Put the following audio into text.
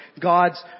God's